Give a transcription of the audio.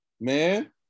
Man